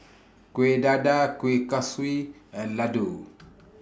Kueh Dadar Kueh Kaswi and Laddu